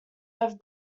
have